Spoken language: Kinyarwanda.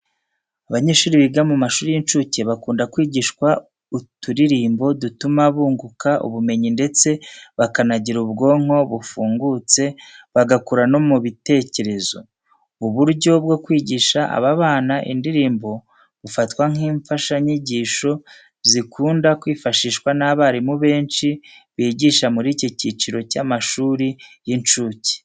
Abanyeshuri biga mu mashuri y'incuke bakunda kwigishwa uturirimbo dutuma bunguka ubumenyi ndetse bakanagira ubwonko bufungutse, bagakura no mu bitekerezo. Ubu buryo bwo kwigisha aba bana indirimbo bufatwa nk'imfashanyigisho zikunda kwifashishwa n'abarimu benshi bigisha muri ki cyiciro cy'amashuri y'incuke.